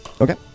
Okay